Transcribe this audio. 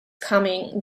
coming